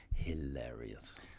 Hilarious